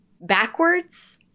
backwards